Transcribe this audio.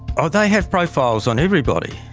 oh they have profiles on everybody.